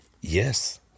Yes